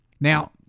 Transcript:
Now